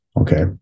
okay